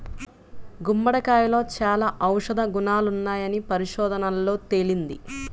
గుమ్మడికాయలో చాలా ఔషధ గుణాలున్నాయని పరిశోధనల్లో తేలింది